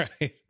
right